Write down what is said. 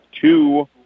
two